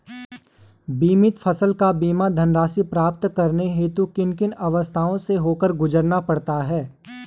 बीमित फसल का बीमा धनराशि प्राप्त करने हेतु किन किन अवस्थाओं से होकर गुजरना पड़ता है?